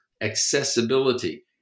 accessibility